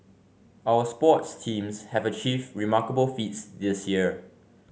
our sports teams have achieved remarkable feats this year